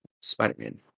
Spider-Man